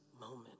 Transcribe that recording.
moment